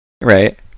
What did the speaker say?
right